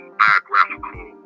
biographical